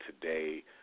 today